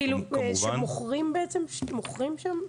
מוכרים שם?